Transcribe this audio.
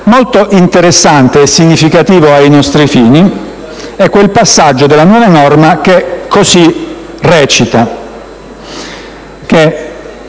Molto interessante e significativo ai nostri fini è quel passaggio della nuova norma la quale recita